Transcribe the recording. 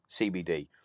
CBD